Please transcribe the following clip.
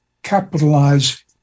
capitalize